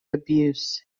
abuse